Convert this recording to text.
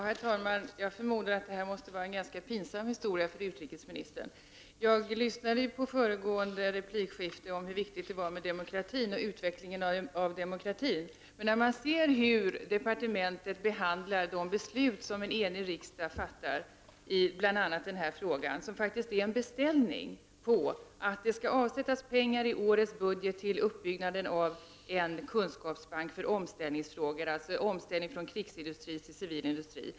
Herr talman! Jag förmodar att det här måste var en ganska pinsam historia för utrikesministern. Jag lyssnade på det föregående replikskiftet, där det talades om hur viktigt det är med utvecklingen av demokratin. I denna fråga har en enig riksdag faktiskt gjort en beställning hos regeringen att det skall avsättas pengar i årets budget till uppbyggandet av en kunskapsbank för omställningsfrågor, dvs. omställning från krigsindustri till civil industri.